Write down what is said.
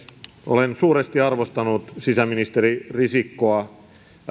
olen suuresti arvostanut sisäministeri risikkoa ja